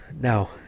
now